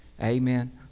Amen